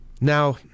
Now